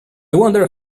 wonder